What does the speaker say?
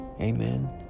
Amen